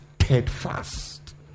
steadfast